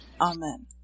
Amen